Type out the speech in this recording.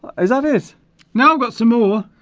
is that it now got some more